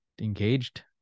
engaged